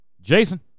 Jason